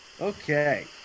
Okay